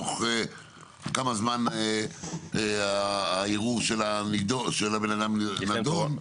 תוך כמה זמן הערעור של הבן-אדם נידון?